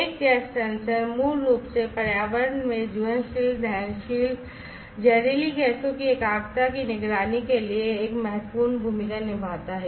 एक gas sensor मूल रूप से पर्यावरण में ज्वलनशील दहनशील जहरीली गैसों की एकाग्रता की निगरानी के लिए एक महत्वपूर्ण भूमिका निभाता है